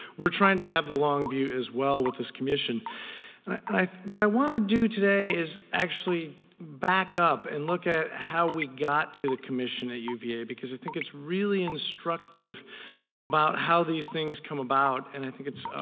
we're trying to have the long view as well with this commission and what i want to do today is actually back up and look at how we got to the commission at uva because i think it's really instructive about how these things come about and i think it's,